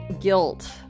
guilt